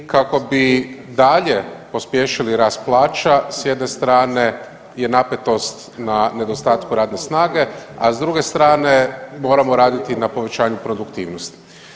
Kako bi dalje pospješili rast plaća s jedne strane je napetost na nedostatku radne snage, a s druge strane moramo raditi na povećanju produktivnosti.